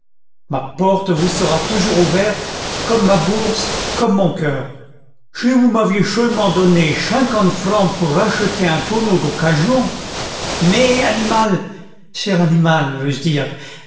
ma porte vous sera toujours ouverte comme ma bourse comme mon cœur chi vous m'aviez cheulement donné chin quante francs pour racheter un tonneau d'occasion mais animal cher animal veux-je dire